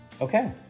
Okay